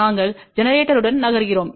நாங்கள் ஜெனரேட்டருடன் நகர்கிறோம்